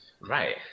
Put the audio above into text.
right